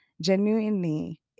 genuinely